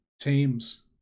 teams